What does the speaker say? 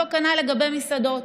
אותו כנ"ל לגבי מסעדות.